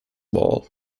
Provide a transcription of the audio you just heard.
wall